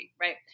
Right